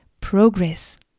progress